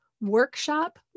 workshop